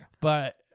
But-